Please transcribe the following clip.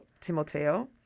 Timoteo